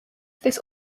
this